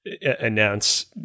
announce